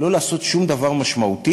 לא לעשות שום דבר משמעותי,